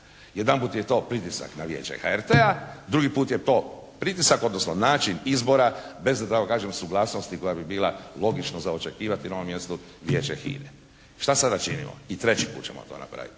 Jedanput je to pritisak na Vijeće HRT-a. Drugi put je to pritisak odnosno način izbora bez da tako kažem suglasnosti koja bi bila logično za očekivati na ovom mjestu Vijeće HINA-e. Šta sad da činimo? I treći put ćemo to napraviti.